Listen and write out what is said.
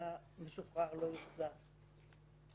משוחרר לא יוחזר...